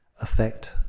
affect